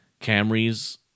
Camrys